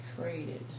traded